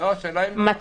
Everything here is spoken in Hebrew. לא של המלון